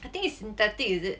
I think is synthetic is it